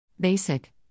Basic